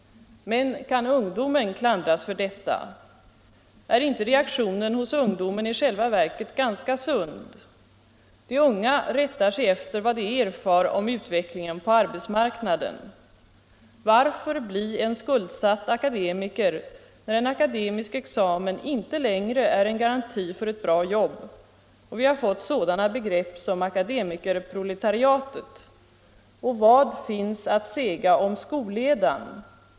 Men kan ungdomen klandras för detta? Är inte reaktionen hos ungdomen i själva verket ganska sund? De unga rättar sig efter vad de erfar om utvecklingen på arbetsmarknaden. Varför bli en skuldsatt akademiker, när en akademisk examen inte längre är en garanti för ett bra jobb och när vi har fått sådana begrepp som akademikerproletariatet? Och vad finns att säga om skolledan?